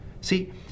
See